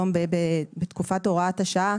בתקופת הוראת השעה,